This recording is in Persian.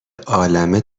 عالمه